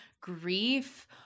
grief